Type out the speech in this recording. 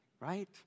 right